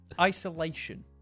Isolation